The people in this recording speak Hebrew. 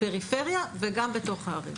בפריפריה וגם בתוך הערים.